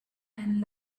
and